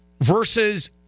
versus